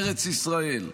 ארץ ישראל,